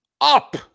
Up